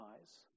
eyes